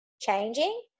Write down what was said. changing